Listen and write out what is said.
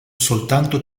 soltanto